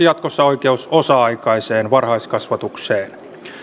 jatkossa oikeus osa aikaiseen varhaiskasvatukseen